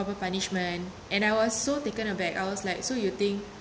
proper punishment and I was so taken aback I was like so you think